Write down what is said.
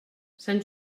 sant